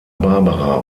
barbara